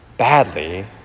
badly